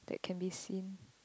that can be seen